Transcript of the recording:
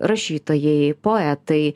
rašytojai poetai